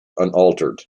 unaltered